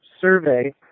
survey